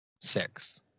six